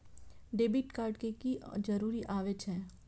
Debit card के की जरूर आवे छै?